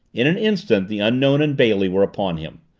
in an instant the unknown and bailey were upon him.